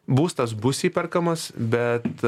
būstas bus įperkamas bet